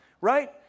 right